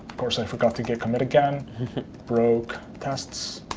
course, i forgot to git commit again broke tests,